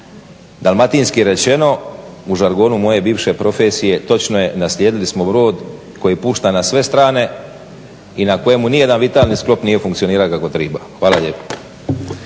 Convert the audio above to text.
Dalmatinski rečeno, u žargonu moje bivše profesije, točno je, naslijedili smo rod koji pušta na sve strane i na kojemu niti jedan vitalni sklop nije funkcionirao kako treba. Hvala lijepo.